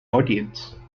audience